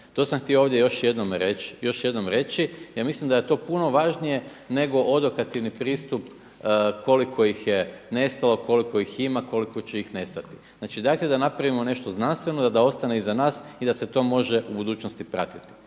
To sam htio ovdje još jednom reći. Ja mislim da je to puno važnije nego odokativni pristup koliko ih je nestalo, koliko ih ima, koliko će ih nestati. Znači, dajte da napravimo nešto znanstveno da ostane iza nas i da se to može u budućnosti pratiti.